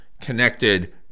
connected